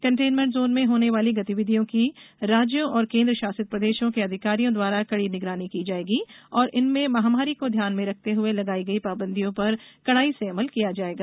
containment zone में होने वाली गतिविधियों की राज्यों और केन्द्र शासित प्रदेशों के अधिकारियों द्वारा कड़ी निगरानी की जाएगी और इनमें महामारी को ध्यान में रखते हुए लगाई गयी पाबंदियों पर कड़ाई से अमल किया जाएगा